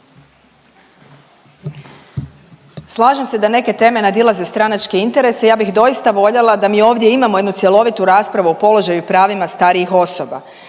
Slažem se da neke teme nadilaze stranačke interese, ja bih doista voljela da mi ovdje imamo jednu cjelovitu raspravu o položaju i pravima starijih osoba.